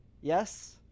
Yes